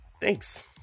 Thanks